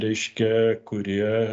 reiškia kurie